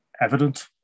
evident